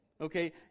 Okay